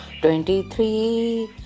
twenty-three